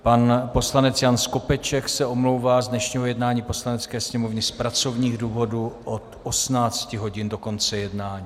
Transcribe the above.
Pan poslanec Skopeček se omlouvá z dnešního jednání Poslanecké sněmovny z pracovních důvodů od 18 hodin do konce jednání.